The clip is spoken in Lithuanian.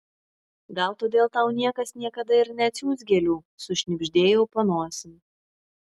gal todėl tau niekas niekada ir neatsiųs gėlių sušnibždėjau po nosim